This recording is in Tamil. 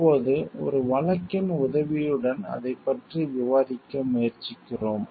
இப்போது ஒரு வழக்கின் உதவியுடன் அதைப் பற்றி விவாதிக்க முயற்சிக்கிறோம்